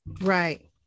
Right